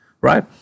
right